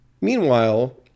Meanwhile